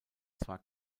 zwar